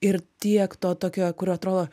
ir tiek to tokio kur atrodo